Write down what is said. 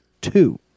two